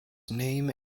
name